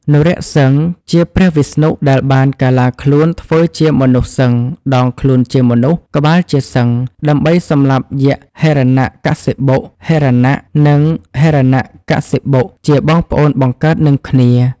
នរសិង្ហ ជាព្រះវិស្ណុដែលបានកាឡាខ្លួនធ្វើជាមនុស្សសិង្ហ (ដងខ្លួនជាមនុស្ស ក្បាលជាសិង្ហ) ដើម្បីសម្លាប់យក្សហិរណកសិបុ(ហិរណៈ និងហិរណកសិបុ ជាបងប្អូនបង្កើតនឹងគ្នា)។